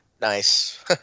Nice